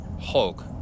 Hulk